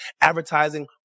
advertising